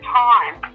time